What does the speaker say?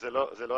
זו לא השוואה,